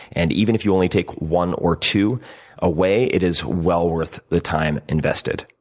and even if you only take one or two away, it is well worth the time invested.